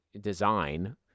design